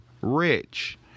rich